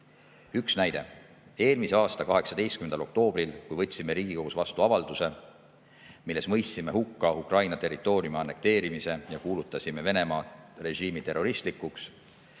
Üks näide: eelmise aasta 18. oktoobril, kui võtsime Riigikogus vastu avalduse, milles mõistsime hukka Ukraina territooriumi annekteerimise ja kuulutasime Venemaa režiimi terroristlikuks,